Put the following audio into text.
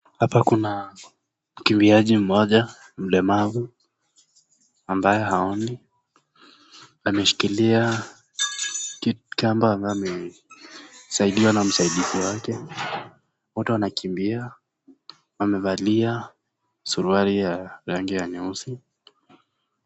Hapa kuna mkimbiaji mmoja mlemavu ambaye haoni . Ameshikilia kamba ambayo amesaidiwa na msaidizi wake, wote wanakimbia wamevalia suruali ya rangi ya nyeusi .